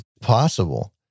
Possible